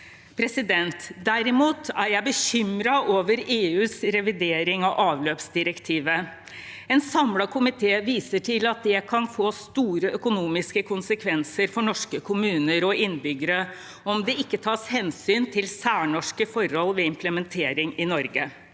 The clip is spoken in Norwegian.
Jeg er imidlertid bekymret over EUs revidering av avløpsdirektivet. En samlet komité viser til at det kan få store økonomiske konsekvenser for norske kommuner og innbyggere om det ikke tas hensyn til særnorske forhold ved implementering i Norge.